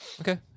Okay